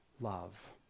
love